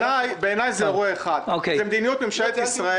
בעיניי זה אירוע אחד זה מדיניות ממשלת ישראל